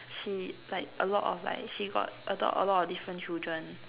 she like a lot of like she got adopt a lot of different children